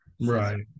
Right